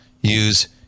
Use